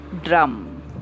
drum